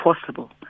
possible